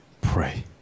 pray